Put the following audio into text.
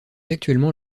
actuellement